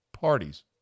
parties